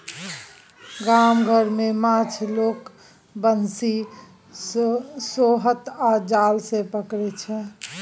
गाम घर मे माछ लोक बंशी, सोहथ आ जाल सँ पकरै छै